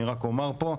אני רק אומר פה,